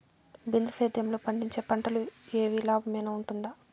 బిందు సేద్యము లో పండించే పంటలు ఏవి లాభమేనా వుంటుంది?